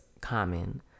common